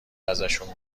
ازشون